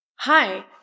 Hi